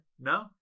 No